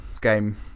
game